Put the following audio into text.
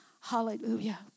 Hallelujah